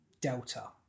delta